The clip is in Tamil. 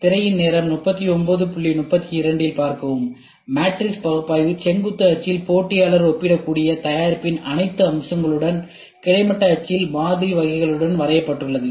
திரையின் நேரம் 3932 இல் பார்க்கவும் மேட்ரிக்ஸ் பகுப்பாய்வு செங்குத்து அச்சில் போட்டியாளர் ஒப்பிடக்கூடிய தயாரிப்பின் அனைத்து அம்சங்களுடனும் கிடைமட்ட அச்சில் மாதிரி வகைகளுடனும் வரையப்பட்டுள்ளது